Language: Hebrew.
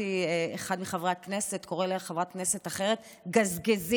שמעתי אחד מחברי הכנסת אומר לחברת כנסת אחרת "גזגזי".